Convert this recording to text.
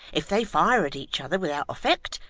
if they fire at each other without effect,